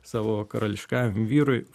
savo karališkajam vyrui